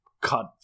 cut